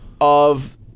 of-